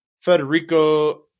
Federico